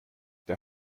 der